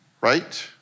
Right